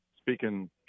speaking